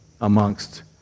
amongst